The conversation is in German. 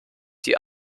sie